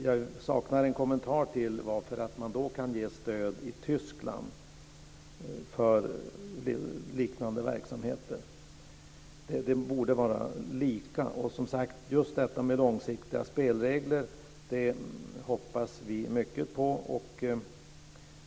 Jag saknar en kommentar till varför man kan ge stöd i Tyskland för liknande verksamhet. Det borde vara lika. De långsiktiga spelreglerna hoppas vi mycket på.